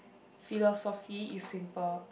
philosophy is simple